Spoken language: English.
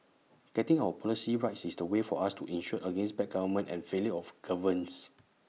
getting our politics right is the way for us to insure against bad government and failure of governance